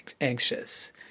anxious